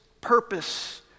purpose